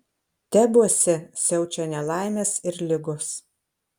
tebuose siaučia nelaimės ir ligos